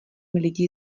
lidi